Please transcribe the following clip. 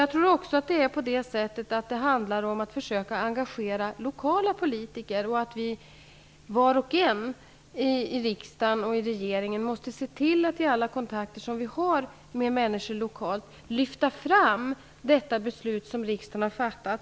Jag tror också att det handlar om att man måste försöka engagera lokala politiker. Var och en av oss, i riksdagen och regeringen, måste se till att i alla våra kontakter med människor på lokal nivå lyfta fram det här beslutet som riksdagen har fattat.